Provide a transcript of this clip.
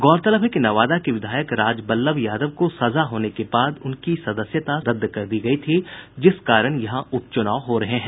गौरतलब है कि नवादा के विधायक राजबल्लभ यादव को सजा होने के बाद उनकी सदस्यता रद्द कर दी गयी थी जिस कारण यहां उपचुनाव हो रहे हैं